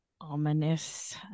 ominous